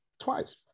twice